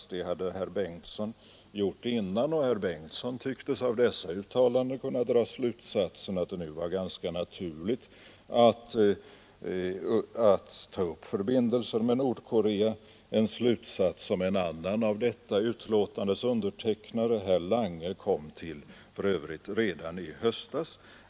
Detsamma hade herr förste vice talmannen Bengtson gjort dessförinnan, och herr Bengtson tycktes av dessa uttalanden dra slutsatsen, att det nu var ganska naturligt att ta upp förbindelser med Nordkorea — en slutsats som en annan av detta betänkandes undertecknare, nämligen herr Lange, för övrigt kommit till redan i höstas.